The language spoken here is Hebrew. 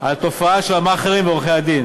על התופעה של המאכערים ועורכי-הדין.